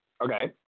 Okay